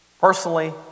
personally